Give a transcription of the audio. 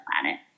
planet